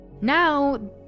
Now